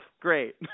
Great